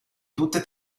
tutte